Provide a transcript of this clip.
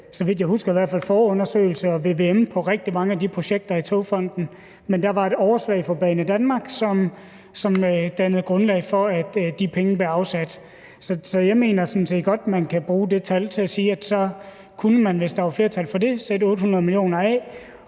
så vidt jeg husker, ikke lavet forundersøgelser og vvm på rigtig mange af de projekter i Togfonden DK, men der var et overslag fra Banedanmark, som dannede grundlag for, at de penge blev afsat. Så jeg mener sådan set godt, man kan bruge det tal til at sige, at man, hvis der var flertal for det, kunne sætte 800 mio. kr.